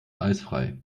eisfrei